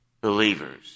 believers